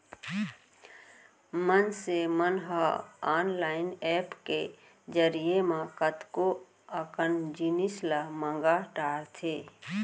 मनसे मन ह ऑनलाईन ऐप के जरिए म कतको अकन जिनिस ल मंगा डरथे